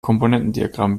komponentendiagramm